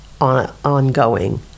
ongoing